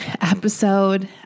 episode